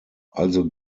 also